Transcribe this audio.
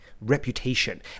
reputation